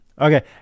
okay